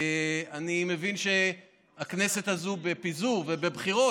אני מבין שהכנסת הזאת בפיזור ובבחירות,